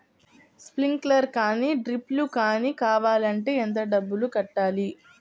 Sprinkler కానీ డ్రిప్లు కాని కావాలి అంటే ఎంత డబ్బులు కట్టాలి?